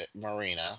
Marina